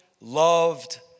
loved